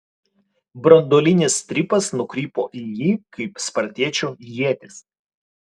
branduolinis strypas nukrypo į jį kaip spartiečio ietis